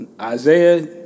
Isaiah